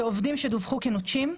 כשעובדים דווחו כנוטשים,